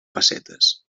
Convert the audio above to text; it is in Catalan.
pessetes